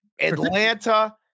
Atlanta